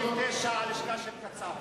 להצביע על סעיף 9, הלשכה של קצב.